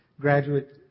graduate